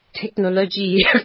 technology